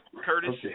Curtis